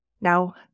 Now